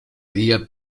día